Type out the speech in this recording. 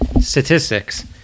statistics